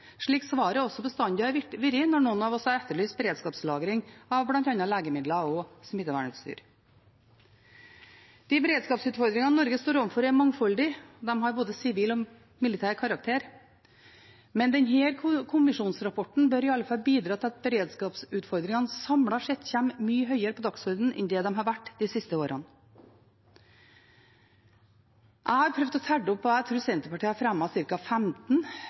slik svaret også bestandig har vært når noen av oss har etterlyst beredskapslagring av bl.a. legemidler og smittevernutstyr. De beredskapsutfordringene Norge står overfor, er mangfoldige. De har både sivil og militær karakter. Denne kommisjonsrapporten bør i alle fall bidra til at beredskapsutfordringene samlet sett kommer mye høyere på dagsordenen enn de har vært de siste årene. Jeg har prøvd å telle opp, og jeg tror at Senterpartiet har fremmet ca. 15